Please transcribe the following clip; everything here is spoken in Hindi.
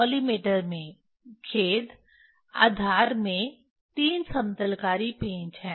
कॉलिमेटर में खेद आधार में 3 समतलकारी पेंच हैं